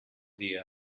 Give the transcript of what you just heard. dia